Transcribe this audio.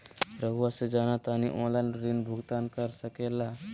रहुआ से जाना तानी ऑनलाइन ऋण भुगतान कर सके ला?